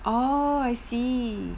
orh I see